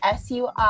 SUI